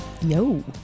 Yo